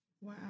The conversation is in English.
wow